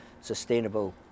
sustainable